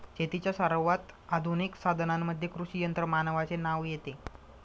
शेतीच्या सर्वात आधुनिक साधनांमध्ये कृषी यंत्रमानवाचे नाव येते